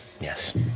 Yes